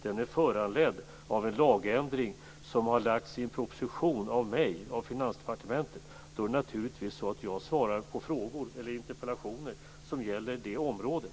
Den är föranledd av en lagändring som har lagts fram i en proposition av Finansdepartementet. Då är det naturligtvis så att jag svarar på frågor eller interpellationer som gäller det området.